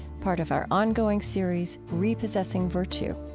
part of our ongoing series repossessing virtue.